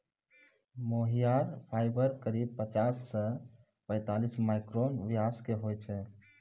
मोहायिर fibre करीब पच्चीस सॅ पैतालिस माइक्रोन व्यास के होय छै